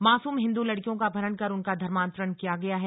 मासूम हिन्दू लड़कियों का अपहरण कर उनका धर्मान्तरण किया गया है